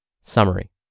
Summary